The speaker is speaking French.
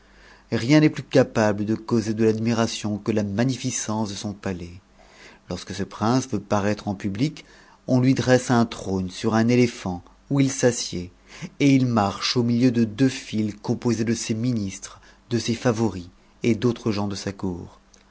rien n'est plus capable de causer de l'admiration que la magnificence de son p ais lorsque ce prince veut parattre en public on lui dresse un trône météphant où il s'assied et il marche au milieu de deux files com sees de ses ministres de ses favoris et d'autres gens de sa cour